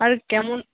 আর কেমন